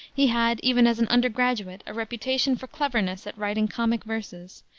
he had, even as an undergraduate, a reputation for cleverness at writing comic verses,